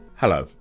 hello,